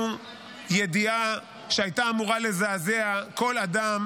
ידיעה שהייתה אמורה לזעזע כל אדם